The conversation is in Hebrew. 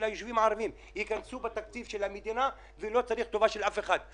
הישובים הערביים ייכנסו בתקציב המדינה ולא צריך טובה של אף אחד.